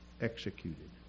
executed